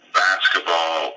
basketball